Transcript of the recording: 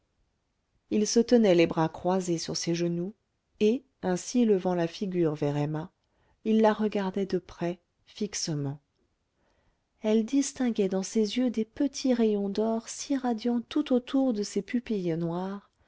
il se tenait les bras croisés sur ses genoux et ainsi levant la figure vers emma il la regardait de près fixement elle distinguait dans ses yeux des petits rayons d'or s'irradiant tout autour de ses pupilles noires